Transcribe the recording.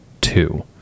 two